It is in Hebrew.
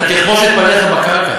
אתה תכבוש את פניך בקרקע,